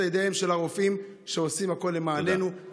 ידיהם של הרופאים שעושים הכול למעננו.